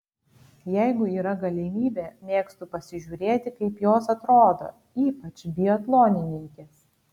jeigu yra galimybė mėgstu pasižiūrėti kaip jos atrodo ypač biatlonininkės